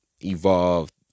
evolved